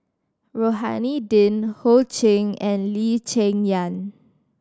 Rohani Din Ho Ching and Lee Cheng Yan